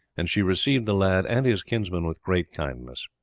and she received the lad and his kinsman with great kindness.